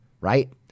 right